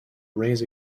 raise